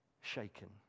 shaken